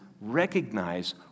recognize